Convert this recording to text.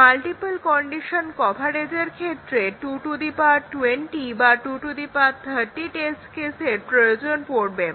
multiple condition কভারেজের ক্ষেত্রে 220 বা 230 টেস্ট কেসের প্রয়োজন পড়বে